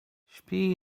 śpi